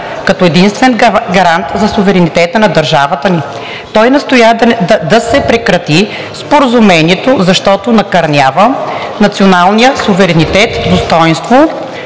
като единствен гарант за суверенитета на държавата ни. Той настоя да се прекрати Споразумението, защото накърнява националния суверенитет, достойнството